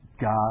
God